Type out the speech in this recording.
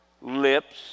lips